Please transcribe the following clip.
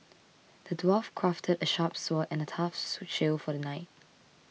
the dwarf crafted a sharp sword and a tough shield for the knight